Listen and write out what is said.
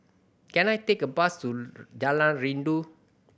can I take a bus to Jalan Rindu